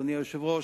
אדוני היושב-ראש,